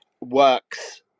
works